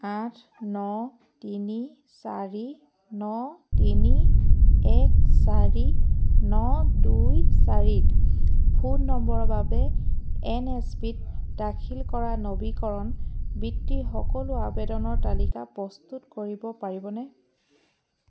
আঠ ন তিনি চাৰি ন তিনি এক চাৰি ন দুই চাৰিত ফোন নম্বৰৰ বাবে এন এছ পি ত দাখিল কৰা নবীকৰণ বৃত্তিৰ সকলো আবেদনৰ তালিকা প্ৰস্তুত কৰিব পাৰিবনে